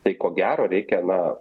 tai ko gero reikia na